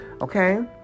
Okay